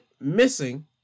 missing